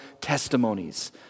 testimonies